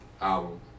album